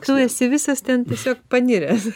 tu esi visas ten tiesiog paniręs